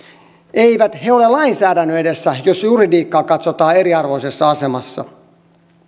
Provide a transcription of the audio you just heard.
eivät he ole lainsäädännön edessä jos juridiikkaa katsotaan eriarvoisessa asemassa